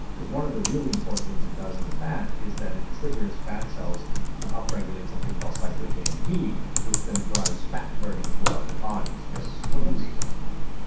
because one of the really important things it does in the fat is that it triggers fat cells to upregulate something called cyclic amp, which then drives fat burning throughout the bodies guess what else does that?